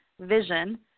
vision